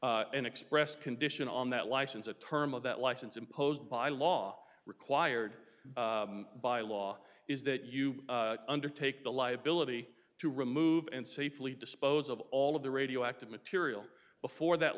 in express condition on that license of term of that license imposed by law required by law is that you undertake the liability to remove and safely dispose of all of the radioactive material before that